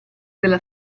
della